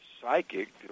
psychic